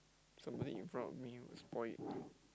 somebody in front of me will spoil it